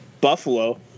Buffalo